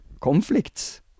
conflicts